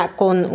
con